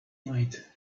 night